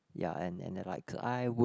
ya and and the I would